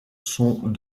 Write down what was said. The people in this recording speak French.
sont